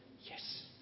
Yes